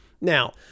Now